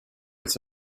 its